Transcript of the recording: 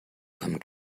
vom